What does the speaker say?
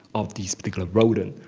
of this particular rodent.